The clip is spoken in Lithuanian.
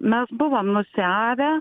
mes buvome nusiavę